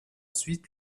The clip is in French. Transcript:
ensuite